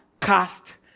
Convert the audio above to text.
cast